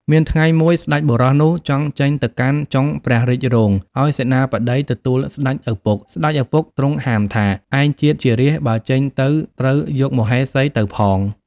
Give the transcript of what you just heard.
មានថ្ងៃមួយស្តេចបុរសនោះចង់ចេញទៅកាន់ចុងព្រះរាជរោង អោយសេនាបតីទៅទូលស្តេចឪពុក ស្តេចឪពុកទ្រង់ហាមថា “ឯងជាតិជារាស្ត្របើចេញទៅត្រូវយក មហេសីទៅផង ” ។